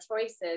choices